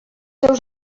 seus